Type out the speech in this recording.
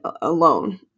alone